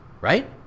right